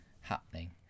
happening